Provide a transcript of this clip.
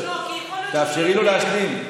אז תאפשרי לו להשלים.